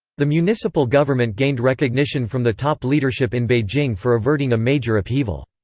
the municipal government gained recognition from the top leadership in beijing for averting a major upheaval.